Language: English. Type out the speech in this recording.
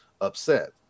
upset